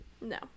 No